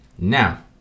now